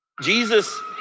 Jesus